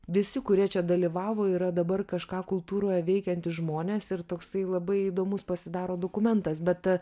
visi kurie čia dalyvavo yra dabar kažką kultūroje veikiantys žmonės ir toksai labai įdomus pasidaro dokumentas bet